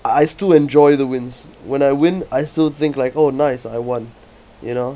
I still enjoy the wins when I win I still think like oh nice I won you know